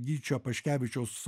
gyčio paškevičiaus